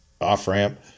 off-ramp